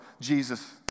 Jesus